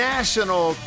National